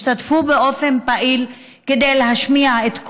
והשתתפו באופן פעיל כדי להשמיע את קולן: